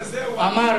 הילד הזה הוא אחמד.